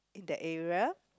in that area